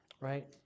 right